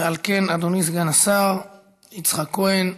על כן אדוני סגן השר יצחק כהן ישיב.